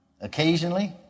Occasionally